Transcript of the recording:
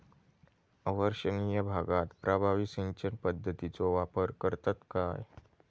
अवर्षणिय भागात प्रभावी सिंचन पद्धतीचो वापर करतत काय?